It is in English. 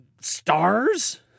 stars